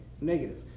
negative